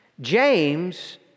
James